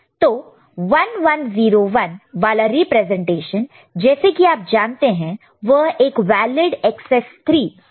तो 1101 वाला रिप्रेजेंटेशन जैसे कि आप जानते हैं वह एक वेलिड एकसेस 3 कोड है